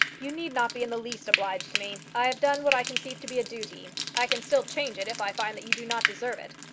you need not be in the least obliged to me. i have done what i conceive to be a duty. i can still change it if i find that you do not deserve it.